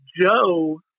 Joe